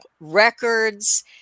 records